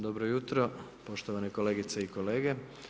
Dobro jutro poštovane kolegice i kolege.